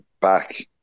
back